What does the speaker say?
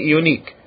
unique